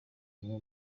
umwe